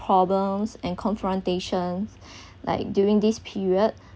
problems and confrontation like during this period